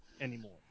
anymore